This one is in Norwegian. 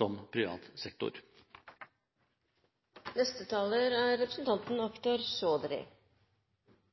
som privat sektor. Det er